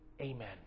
Amen